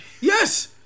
Yes